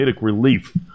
relief